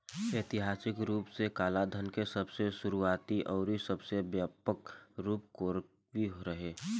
ऐतिहासिक रूप से कालाधान के सबसे शुरुआती अउरी सबसे व्यापक रूप कोरवी रहे